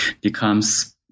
becomes